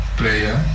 player